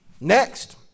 Next